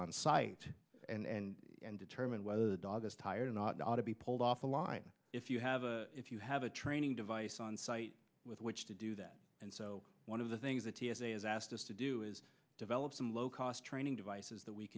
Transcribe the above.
on site and and determine whether the dog is tired or not ought to be pulled off the line if you have a if you have a training device on site with which to do that and so one of the things the t s a has asked us to do is develop some low cost training devices that we